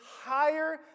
higher